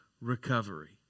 recovery